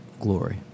glory